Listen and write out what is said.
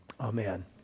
Amen